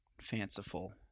fanciful